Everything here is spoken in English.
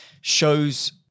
shows